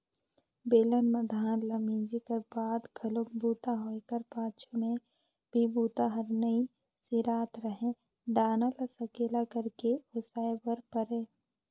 बेलन म धान ल मिंजे कर बाद घलोक बूता होए कर पाछू में भी बूता हर नइ सिरात रहें दाना ल सकेला करके ओसाय बर परय